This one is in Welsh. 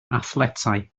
athletau